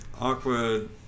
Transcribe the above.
awkward